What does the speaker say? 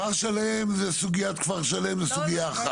כפר שלם זה סוגיית כפר שלם, זו סוגיה אחת.